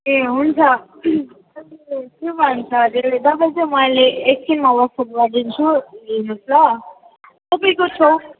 ए हुन्छ त्यो भन्छ हरे दबाई चाहिँ म अहिले एकछिनमा वाट्सएप गरिदिन्छु लिनु होस् ल तपाईँको छेउ